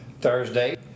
Thursday